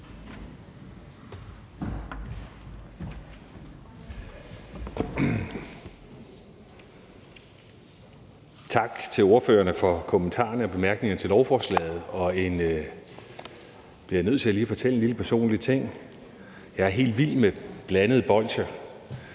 Tak til ordførerne for kommentarerne og bemærkningerne til lovforslaget. Jeg bliver nødt til